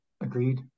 Agreed